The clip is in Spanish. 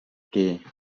que